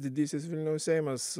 didysis vilniaus seimas